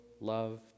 love